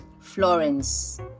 Florence